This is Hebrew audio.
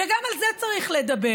וגם על זה צריך לדבר.